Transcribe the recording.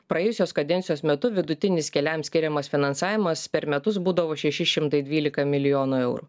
praėjusios kadencijos metu vidutinis keliams skiriamas finansavimas per metus būdavo šeši šimtai dvylika milijonų eurų